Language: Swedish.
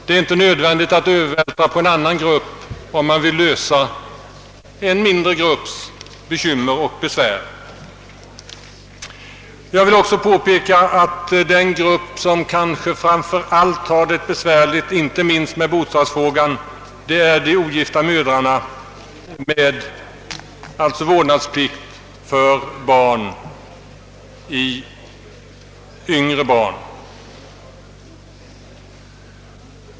Det är inte nödvändigt att övervältra på en annan grupp om man vill lösa en mindre grupps bekymmer och besvär. Jag vill också påpeka att den grupp som kanske har det allra besvärligast, inte minst beträffande bostadsfrågan, är de ogifta mödrarna med vårdnadsplikt mot yngre barn.